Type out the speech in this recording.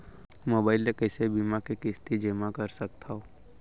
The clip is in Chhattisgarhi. मोबाइल ले कइसे बीमा के किस्ती जेमा कर सकथव?